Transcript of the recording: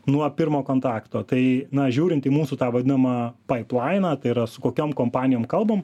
nuo pirmo kontakto tai na žiūrint į mūsų tą vadinamą paiplainą tai yra su kokiom kompanijom kalbam